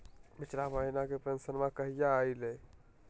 पिछला महीना के पेंसनमा कहिया आइले?